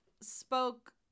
spoke